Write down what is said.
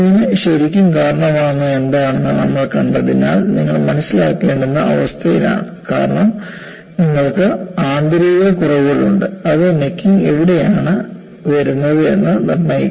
നെക്കിങ്ന് ശരിക്കും കാരണമാകുന്നത് എന്താണെന്ന് നമ്മൾ കണ്ടതിനാൽ നിങ്ങൾ മനസ്സിലാക്കേണ്ട അവസ്ഥയിലാണ് കാരണം നിങ്ങൾക്ക് ആന്തരിക കുറവുകളുണ്ട്അത് നെക്കിങ് എവിടെയാണ് വരുന്നത് എന്ന് നിർണ്ണയിക്കുന്നു